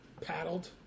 paddled